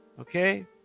Okay